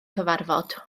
cyfarfod